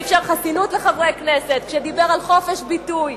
שאפשר חסינות לחברי הכנסת, כשדיבר על חופש ביטוי.